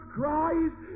Christ